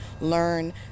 learn